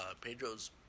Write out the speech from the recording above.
Pedro's